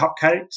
cupcakes